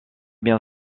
bien